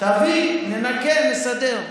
תביא, ננקה, נסדר.